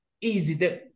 Easy